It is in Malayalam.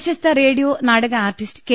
പ്രശസ്ത റേഡിയോ നാടക ആർട്ടിസ്റ്റ് കെ